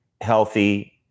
healthy